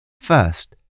First